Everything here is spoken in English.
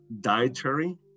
dietary